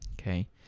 Okay